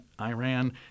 Iran